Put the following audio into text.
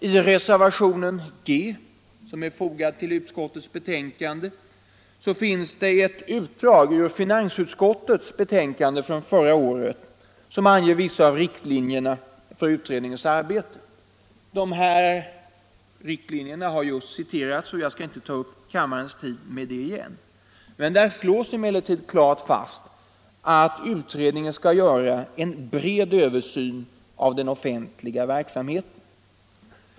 I reservationen G finns det ett utdrag ur finansutskottets betänkande från förra året som anger vissa av riktlinjerna för utredningens arbete. De här riktlinjerna har just citerats, och jag skall inte ta upp kammarens tid med det igen. Där slås emellertid klart fast att utredningen skall göra en bred översyn av den offentliga verksamheten.